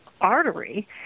artery